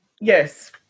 Yes